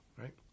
right